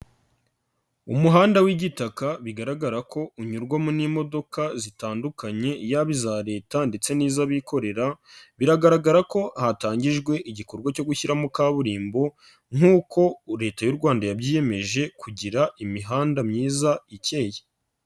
Umuhanda w'igitaka bigaragara ko unyurwamo n'imodoka zitandukanye yaba iza Leta ndetse n'iz'abikorera, biragaragara ko hatangijwe igikorwa cyo gushyiramo kaburimbo, nkuko Leta y'u Rwanda yabyiyemeje kugira imihanda myiza ikeye.